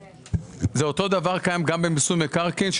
זה אותו דבר קיים גם במיסוי מקרקעין.